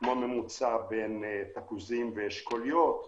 כמו ממוצע בין תפוזים ואשכוליות.